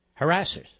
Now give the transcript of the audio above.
harassers